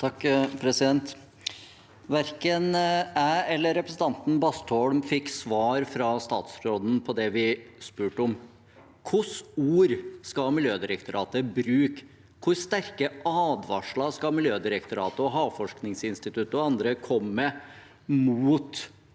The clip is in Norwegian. (SV) Verken jeg eller representanten Bastholm fikk svar fra statsråden på det vi spurte om. Hvilke ord skal Miljødirektoratet bruke? Hvor sterke advarsler skal Miljødirektoratet, Havforskningsinstituttet og andre komme med